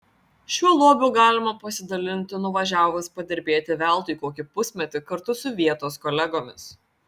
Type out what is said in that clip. šiuo lobiu galima pasidalinti nuvažiavus padirbėti veltui kokį pusmetį kartu su vietos kolegomis